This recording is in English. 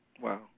Wow